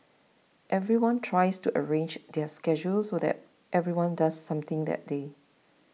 everyone tries to arrange their schedules so that everyone does something that day